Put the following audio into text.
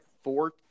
four